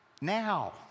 Now